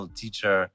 teacher